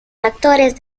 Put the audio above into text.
factores